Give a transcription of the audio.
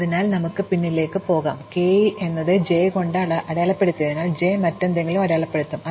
അതിനാൽ നമുക്ക് പിന്നിലേക്ക് പോകാം അതിനാൽ k എന്നത് j കൊണ്ട് അടയാളപ്പെടുത്തിയതിനാൽ j മറ്റെന്തെങ്കിലും അടയാളപ്പെടുത്തും